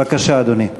בבקשה, אדוני.